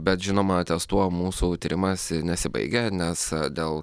bet žinoma ties tuo mūsų tyrimas nesibaigia nes dėl